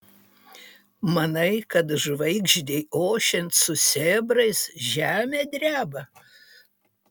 manai kad žvaigždei ošiant su sėbrais žemė dreba